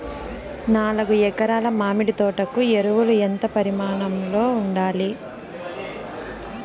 నాలుగు ఎకరా ల మామిడి తోట కు ఎరువులు ఎంత పరిమాణం లో ఉండాలి?